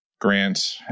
Grant